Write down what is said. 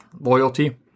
loyalty